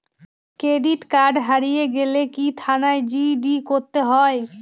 Credit card হারিয়ে গেলে কি থানায় জি.ডি করতে হয়?